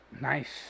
Nice